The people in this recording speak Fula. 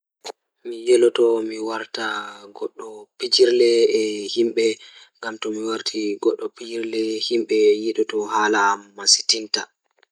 Mi yeloto mi warta So tawii miɗo waɗa jaɓde kala ngal ɗiɗi, mi waɗataa jaɓde waɗude hakiliɓe ngoni ndee o waawataa heɓa njammbude ngal fiyaangu ngam miɗo waawataa njiddude ngal waawde. Kadi miɗo waɗataa njammbude fiyaangu ngam njiddude moƴƴaare ngoni baɗɗo ɗuum ngal mawɗo goɗɗo.